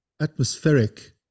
atmospheric